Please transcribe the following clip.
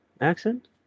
accent